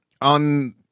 on